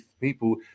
people